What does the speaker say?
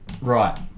Right